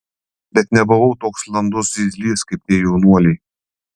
bet nebuvau toks landus zyzlys kaip tie jaunuoliai